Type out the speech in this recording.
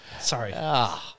Sorry